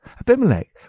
Abimelech